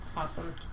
awesome